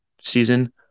season